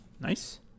nice